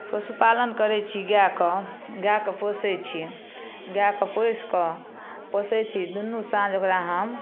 पशुपालन करय छी गायके गायके पोसय छी गायके पोसिकऽ पोसय छी दुनू साँझ ओकरा हम